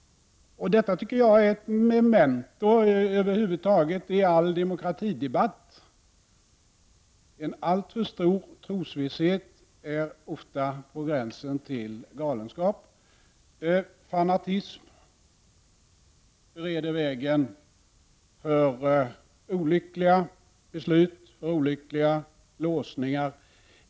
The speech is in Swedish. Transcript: Detta är ett memento över huvud taget i all demokratidebatt. En alltför stor trosvisshet är ofta på gränsen till galenskap. Fanatism bereder vägen för olyckliga beslut, olyckliga låsningar.